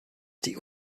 die